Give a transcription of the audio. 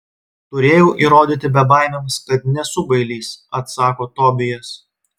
turėjau įrodyti bebaimiams kad nesu bailys atsako tobijas